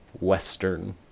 western